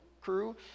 crew